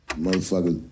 Motherfucker